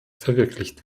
verwirklicht